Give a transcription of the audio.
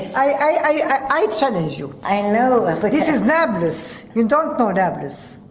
i challenge you i know, but, this is nablus! you don't know nablus.